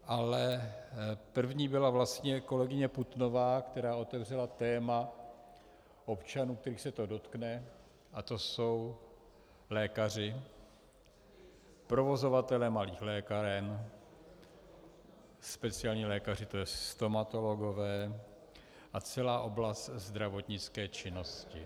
Ale první byla vlastně kolegyně Putnová, která otevřela téma občanů, kterých se to dotkne, a to jsou lékaři, provozovatelé malých lékáren, speciální lékaři, tj. stomatologové, a celá oblast zdravotnické činnosti.